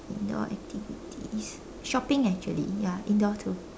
indoor activities shopping actually ya indoor too